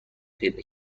پیدا